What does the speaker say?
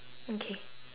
okay